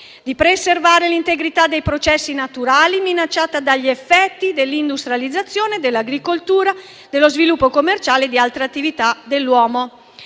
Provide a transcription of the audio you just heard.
di preservare l'integrità dei processi naturali minacciata dagli effetti dell'industrializzazione, dell'agricoltura, dello sviluppo commerciale e di altre attività dell'uomo».